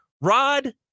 Rod